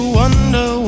wonder